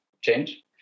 change